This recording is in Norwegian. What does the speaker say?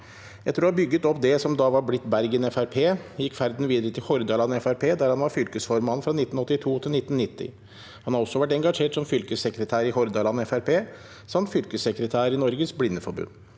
Etter å ha bygget opp det som da var blitt Bergen FrP, gikk ferden videre til Hordaland FrP der han var fylkesformann fra 1982 til 1990. Han har også vært engasjert som fylkessekretær i Hordaland FrP samt fylkessekretær i Norges Blindeforbund.